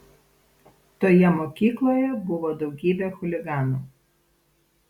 toje mokykloje buvo daugybė chuliganų